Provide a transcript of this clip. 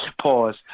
pause